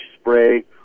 spray